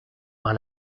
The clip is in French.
par